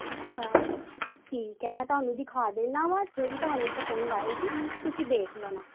ਅੱਛਾ ਠੀਕ ਹੈ ਮੈਂ ਤੁਹਾਨੂੰ ਦਿਖਾ ਦਿੰਦਾ ਹਾਂ ਜਿਹੜੀ ਤੁਹਾਨੂੰ ਪਸੰਦ ਆਏਗੀ ਤੁਸੀਂ ਦੇਖ ਲੈਣਾ